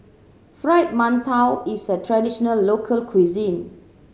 Fried Mantou is a traditional local cuisine